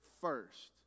first